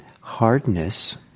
hardness